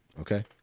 Okay